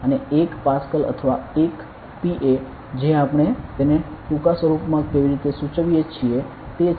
અને 1 પાસ્કલ અથવા 1 Pa જે આપણે તેને ટૂંકા સ્વરૂપમાં કેવી રીતે સૂચવીએ છીએ તે છે